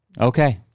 Okay